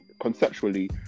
conceptually